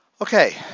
Okay